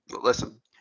listen